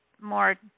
more